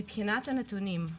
מבחינת הנתונים,